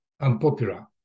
unpopular